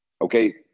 okay